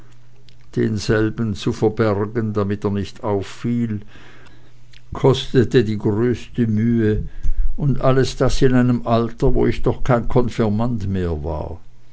denselben zu verbergen damit er nicht auffiel und weil er ein trübseliges aussehen mit sich brachte kostete die größte mühe und alles das in einem alter wo ich doch auch kein konfirmand mehr war